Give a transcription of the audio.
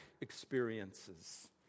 experiences